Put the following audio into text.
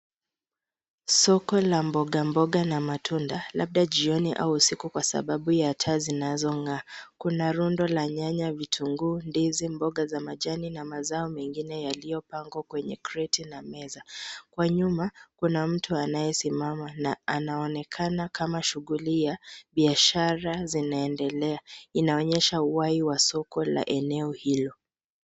Soko la mbogamboga na matunda, labda jioni au usiku kwa sababu ya taa zinazong'aa. Kuna rundo la nyanya, vitunguu, ndizi, mboga za majani na mazao mengine yaliyopangwa kwenye kreti na meza. Kwa nyuma, kuna mtu anayesimama na anaonekana kama shughuli ya biashara zinaendelea. Inaonyesha uhai wa soko la eneo hilo.